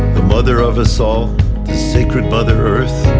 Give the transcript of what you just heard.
the mother of us all the sacred mother earth,